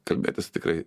kalbėtis tikrai